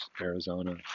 Arizona